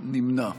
נמנע.